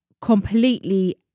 completely